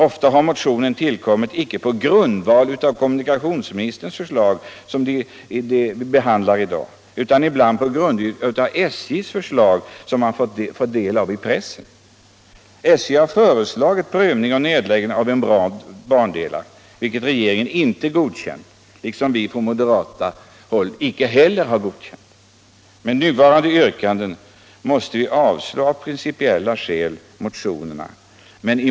Ofta har motionerna tillkommit på grundval inte av det förslag av kommunikationsministern som vi i dag behandlar utan av SJ:s förslag som man har fått del av genom pressen. SJ har föreslagit prövning av nedläggning av en rad bandelar, vilket regeringen inte har godkänt. Från moderat håll har vi inte heller velat godkänna SJ:s förslag. De yrkanden som motionerna innehåller måste vi av principiella skäl avstyrka.